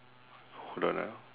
hold on ah